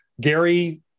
gary